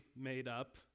made-up